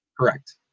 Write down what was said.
correct